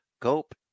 Cope